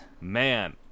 man